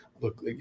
look